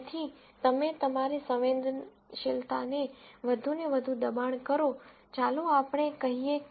તેથી તમે તમારી સંવેદનશીલતાને વધુને વધુ દબાણ કરો ચાલો આપણે કહીએ કે તમે 0